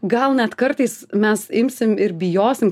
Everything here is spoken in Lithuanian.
gal net kartais mes imsim ir bijosim